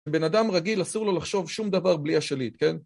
בן אדם רגיל אסור לו לחשוב שום דבר בלי השליט, כן?